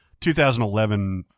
2011